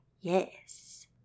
yes